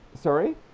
sorry